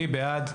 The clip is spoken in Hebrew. מי בעד?